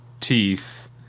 teeth